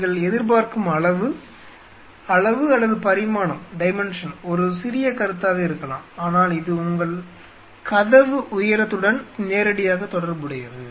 நீங்கள் எதிர்பார்க்கும் அளவு அளவு அல்லது பரிமாணம் ஒரு சிறிய கருத்தாக இருக்கலாம் ஆனால் இது உங்கள் கதவு உயரத்துடன் நேரடியாக தொடர்புடையது